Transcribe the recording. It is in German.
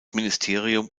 ministerium